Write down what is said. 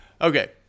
Okay